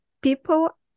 people